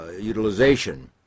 utilization